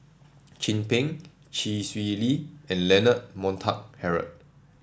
Chin Peng Chee Swee Lee and Leonard Montague Harrod